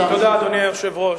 תודה, אדוני היושב-ראש.